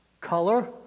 color